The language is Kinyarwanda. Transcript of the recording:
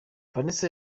vanessa